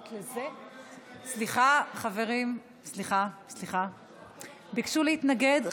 סליחה, חברים ביקשו להתנגד.